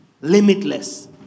Limitless